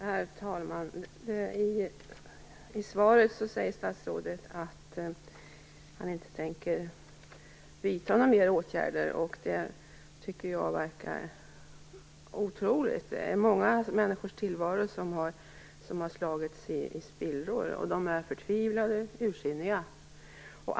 Herr talman! I svaret säger statsrådet att han inte tänker vidta några mer åtgärder. Det tycker jag verkar otroligt. Många människors tillvaro har slagits i spillror, och de är förtvivlade och ursinniga.